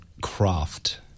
craft